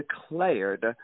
declared